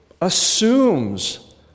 assumes